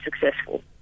successful